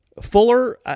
Fuller